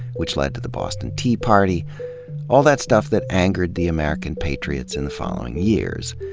which led to the boston tea party all that stuff that angered the american patriots in the following years.